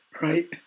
right